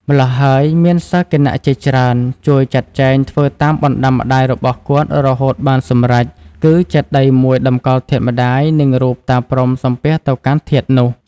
ម្ល៉ោះហើយ មានសិស្សគណជាច្រើន ជួយចាត់ចែងធ្វើតាមបណ្ដាំម្តាយរបស់គាត់ រហូតបានសម្រេច គឺចេតិយមួយតម្កល់ធាតុម្តាយ និងរូបតាព្រហ្មសំពះទៅកាន់ធាតុនោះ។